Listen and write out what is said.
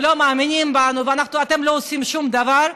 ולא מאמינים בנו: אתם לא עושים שום דבר,